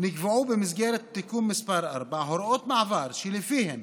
נקבעו במסגרת תיקון מס' 4 הוראות מעבר, שלפיהן